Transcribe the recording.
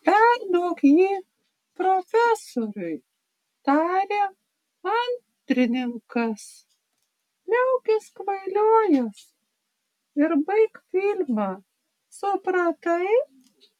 perduok jį profesoriui tarė antrininkas liaukis kvailiojęs ir baik filmą supratai